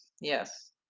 Yes